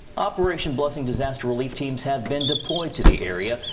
operation blessing disaster relief teams have been deployed to the area.